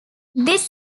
this